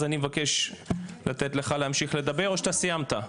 אז אני מבקש לתת לך להמשיך לדבר או שאתה סיימת?